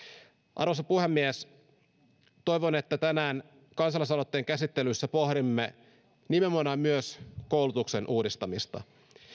arvoisa puhemies toivon että tänään kansalaisaloitteen käsittelyssä pohdimme nimenomaan myös koulutuksen uudistamista